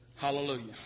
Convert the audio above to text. Hallelujah